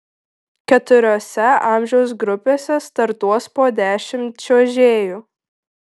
keturiose amžiaus grupėse startuos po dešimt čiuožėjų